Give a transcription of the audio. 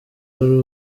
wari